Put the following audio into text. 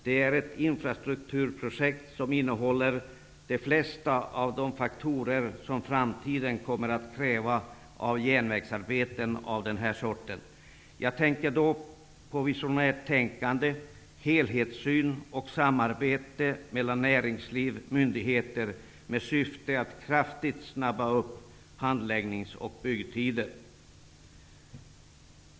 Det är ett infrastrukturpojekt som innehåller de flesta av de faktorer som framtiden kommer att kräva av den här sortens järnvägsarbeten. Jag tänker då på visionärt tänkande, helhetssyn och samarbete mellan näringsliv och myndigheter i syfte att kraftigt snabba upp handläggnings och byggtider.